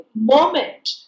moment